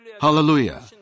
Hallelujah